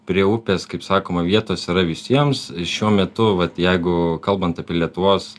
prie upės kaip sakoma vietos yra visiems šiuo metu vat jeigu kalbant apie lietuvos